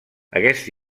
aquest